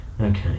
Okay